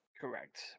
Correct